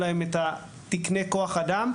תקנה כוח אדם,